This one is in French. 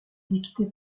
dictée